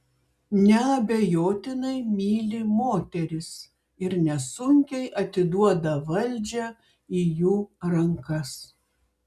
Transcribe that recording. neabejotinai myli moteris ir nesunkiai atiduoda valdžią į jų rankas